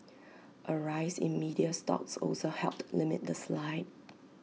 A rise in media stocks also helped limit the slide